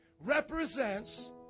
represents